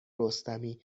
رستمی